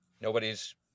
Nobody's